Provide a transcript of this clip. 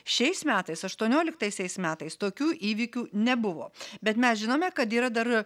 šiais metais aštuonioliktaisiais metais tokių įvykių nebuvo bet mes žinome kad yra dar